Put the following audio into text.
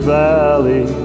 valley